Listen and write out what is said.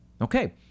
Okay